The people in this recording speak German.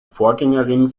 vorgängerin